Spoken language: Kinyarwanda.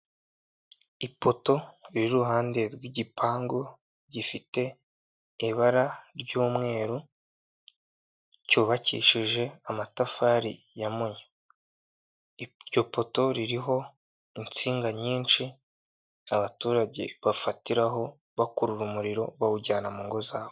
Ipoto riri iruhande rw'igipangu, gifite ibara ry'umweru cyubakishije amatafari ya munyo iryo poto ririho insinga nyinshi, abaturage bafatiraho bakurura umuriro bawujyana mu ngo zabo.